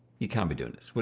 you can't be doing this. but